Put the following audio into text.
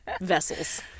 vessels